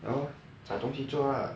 然后 leh 找东西做 lah